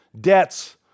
debts